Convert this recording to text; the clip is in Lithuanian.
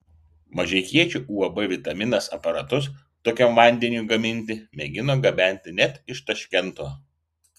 mažeikiečių uab vitaminas aparatus tokiam vandeniui gaminti mėgino gabenti net iš taškento